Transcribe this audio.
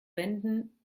wenden